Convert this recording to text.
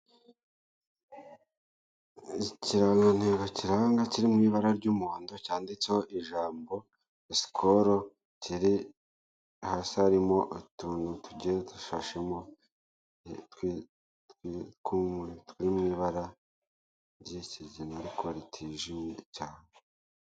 Ikirangantego kiranga, kiri mu ibara ry'umuhondo cyanditseho ijambo "Skol", kiri hasi, harimo utuntu tugiye dufashemo turi mubara ry'ikigina ariko ritijimye cyane.